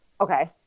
Okay